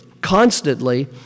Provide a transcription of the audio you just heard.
constantly